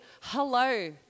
Hello